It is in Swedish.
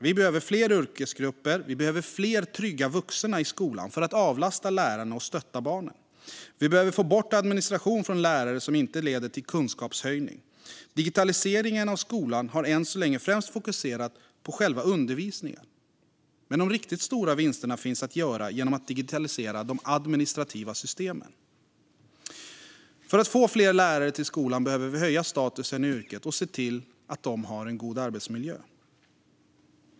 Vi behöver fler yrkesgrupper och fler trygga vuxna i skolan för att avlasta lärarna och stötta barnen. Vi behöver få bort administration från lärare som inte leder till kunskapshöjning. Digitaliseringen av skolan har än så länge främst fokuserat på själva undervisningen. Men de riktigt stora vinsterna finns att göra genom att digitalisera de administrativa systemen. För att få fler lärare till skolan behöver vi höja statusen i yrket och se till att lärarna har en god arbetsmiljö.